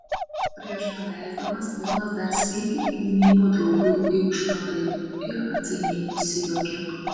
prieš paleisdamas nilas dar sykį įgnybo draugui į užpakalį ir atsainiai nusijuokė